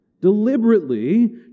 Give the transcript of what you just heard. deliberately